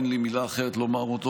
אין לי מילה אחרת לומר.